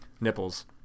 nipples